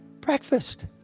Breakfast